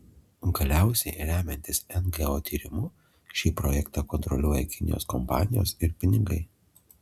galiausiai remiantis ngo tyrimu šį projektą kontroliuoja kinijos kompanijos ir pinigai